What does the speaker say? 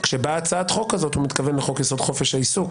כשבאה הצעת החוק הזאת הוא מתכוון לחוק-יסוד: חופש העיסוק.